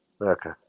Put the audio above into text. Okay